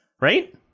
right